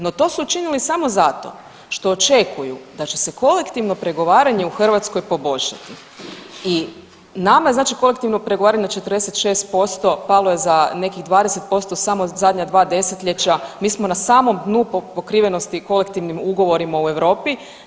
No to su učinili samo zato što očekuju da će se kolektivno pregovaranje u Hrvatskoj poboljšati i nama je znači kolektivno pregovaranje na 46%, palo je za nekih 20% samo zadnje dva 10-ljeća, mi smo na samom dnu po pokrivenosti kolektivnim ugovorima u Europi.